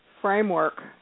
framework